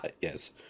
Yes